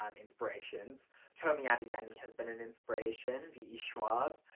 um inspirations tomi adeyemi has been an inspiration, v e schwab